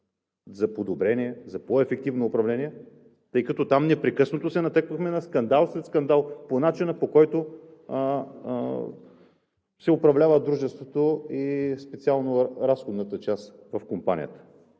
за подобрение, за по-ефективно управление, тъй като там непрекъснато се натъквахме на скандал след скандал по начина, по който се управлява дружеството и специално разходната част в компанията?